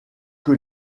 que